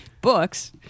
Books